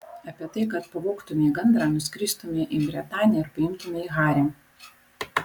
apie tai kad pavogtumei gandrą nuskristumei į bretanę ir paimtumei harį